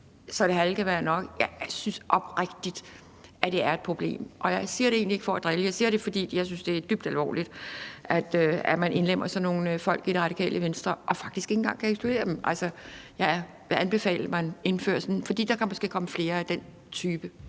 så det halve kan være nok, synes jeg oprigtigt er et problem. Jeg siger det egentlig ikke for at drille, jeg siger det, fordi jeg synes, det er dybt alvorligt, at man indlemmer sådan nogle folk i Radikale Venstre og faktisk ikke engang kan ekskludere dem. Der kan jo komme flere af den type.